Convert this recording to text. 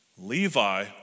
Levi